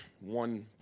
one